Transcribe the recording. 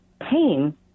pain